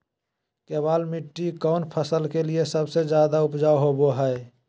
केबाल मिट्टी कौन फसल के लिए सबसे ज्यादा उपजाऊ होबो हय?